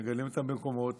מגדלים אותם במקומות